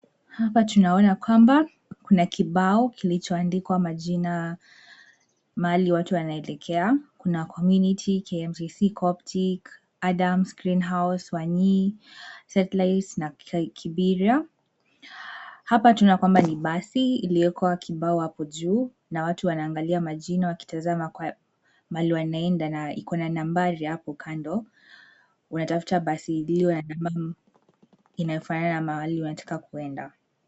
Hapa tunaona kwamba, kuna kibao kilichoandikwa majina, mahali watu wanaelekea, kuna Community, KMTC, Coptic, Adams, Green House, Wanyee, Satellite na Kibiria . Hapa tunaona kwamba ni basi iliyowekwa kibao hapo juu, na watu wanaangalia majina wakitazama kwa, mahali wanaenda na iko na nambari hapo kando, wanatafuta basi iliyo ya inaudible , inayofanana na mahali wanataka kuenda.